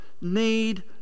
need